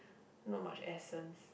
not much essence